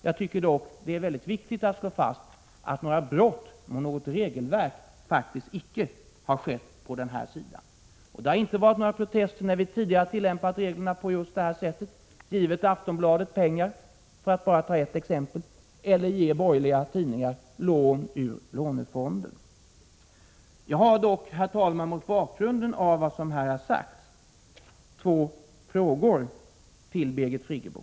Jag tycker dock att det är väldigt viktigt att slå fast att något brott mot några regelverk faktiskt icke skett. Det har inte förekommit några protester när vi tidigare tillämpat reglerna på just detta sätt och givit Aftonbladet pengar, för att ta bara ett exempel, eller givit borgerliga tidningar lån ur lånefonden. Jag har dock, herr talman, mot bakgrund av vad som har sagts två frågor att ställa till Birgit Friggebo.